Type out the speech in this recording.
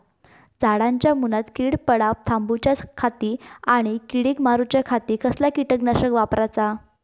झाडांच्या मूनात कीड पडाप थामाउच्या खाती आणि किडीक मारूच्याखाती कसला किटकनाशक वापराचा?